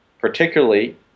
particularly